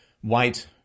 white